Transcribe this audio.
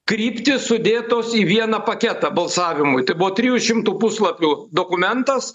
kryptys sudėtos į vieną paketą balsavimui tai buvo trijų šimtų puslapių dokumentas